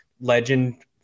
legend